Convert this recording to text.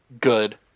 Good